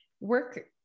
work